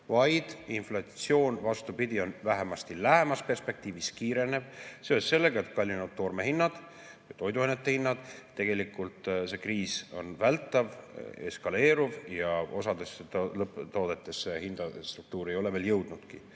Inflatsioon, vastupidi, vähemasti lähemas perspektiivis kiireneb seoses sellega, et kallinevad toorme hinnad, toiduainete hinnad. Tegelikult see kriis on vältav, eskaleeruv ja osasse lõpptoodetesse see hindade struktuur ei ole veel jõudnudki.